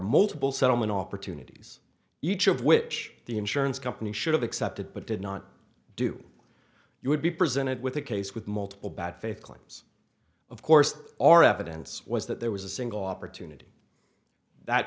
multiple settlement opportunities each of which the insurance company should have accepted but did not do you would be presented with a case with multiple bad faith claims of course or evidence was that there was a single opportunity that